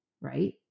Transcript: right